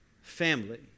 Family